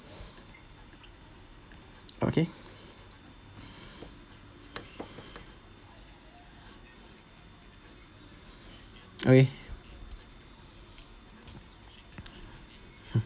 okay okay